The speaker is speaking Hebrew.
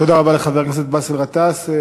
תודה רבה לחבר הכנסת באסל גטאס.